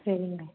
சரிங்க